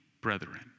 brethren